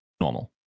normal